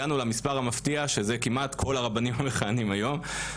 הגענו למספר המפתיע שזה כמעט כל הרבנים המכהנים היום.